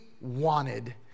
wanted